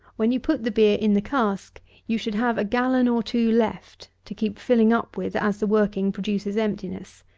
when you put the beer in the cask, you should have a gallon or two left, to keep filling up with as the working produces emptiness.